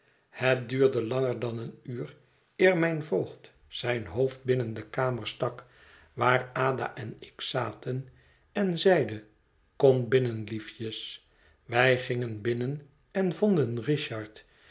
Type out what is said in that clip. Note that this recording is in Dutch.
het duurde langer dan een uur eer mijn voogd zijn hoofd binnen de kamer stak waar adaen ik zaten en zeide komt binnen liefjes wij gingen binnen en vonden richard